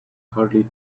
hardly